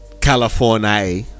California